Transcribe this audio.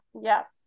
yes